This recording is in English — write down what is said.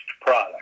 product